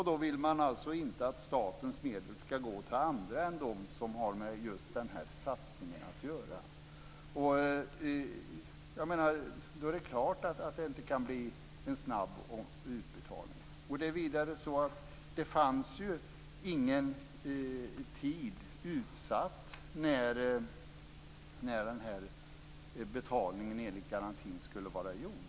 Då vill man inte att statens medel ska gå till andra än dem som har med just den här satsningen att göra, och då är det klart att det inte kan bli en snabb utbetalning. Vidare fanns det ingen tid utsatt för när betalningen enligt garantin skulle vara gjord.